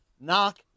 knock